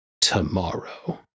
tomorrow